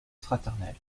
fraternelle